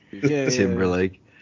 Timberlake